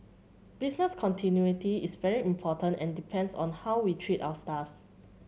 business continuity is very important and depends on how we treat our starts